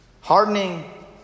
Hardening